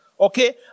Okay